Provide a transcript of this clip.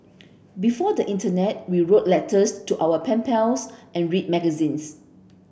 before the internet we wrote letters to our pen pals and read magazines